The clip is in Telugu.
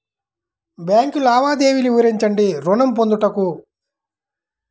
బ్యాంకు లావాదేవీలు వివరించండి ఋణము పొందుటకు?